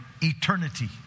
eternity